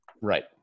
Right